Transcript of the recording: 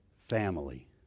family